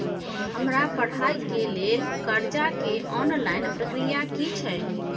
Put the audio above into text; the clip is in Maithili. हमरा पढ़ाई के लेल कर्जा के ऑनलाइन प्रक्रिया की छै?